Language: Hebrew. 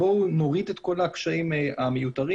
בואו נוריד את כל הקשיים המיותרים.